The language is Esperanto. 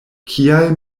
kial